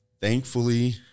thankfully